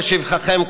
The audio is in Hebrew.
לשבחכם,